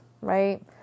right